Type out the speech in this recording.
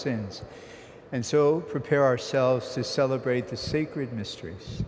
sins and so prepare ourselves to celebrate the sacred mysteries